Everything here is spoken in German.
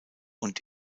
und